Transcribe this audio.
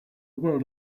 world